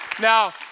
Now